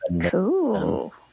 cool